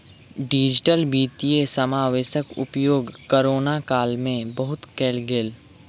digital वित्तीय समावेशक उपयोग कोरोना काल में बहुत कयल गेल